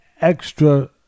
extra